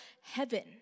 heaven